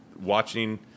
watching